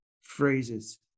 phrases